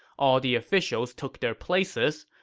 all the officials took their places.